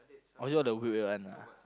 all this all the weird weird one ah